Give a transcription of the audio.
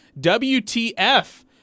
WTF